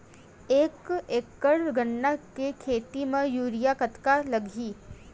एक एकड़ गन्ने के खेती म यूरिया कतका लगही?